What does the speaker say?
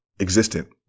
existent